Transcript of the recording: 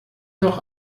doch